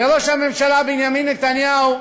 וראש הממשלה בנימין נתניהו,